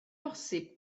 bosibl